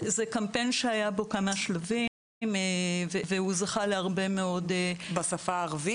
קמפיין שהיה בו כמה שלבים והוא זכה להרבה מאוד --- בשפה הערבית?